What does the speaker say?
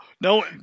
No